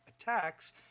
attacks